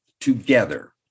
together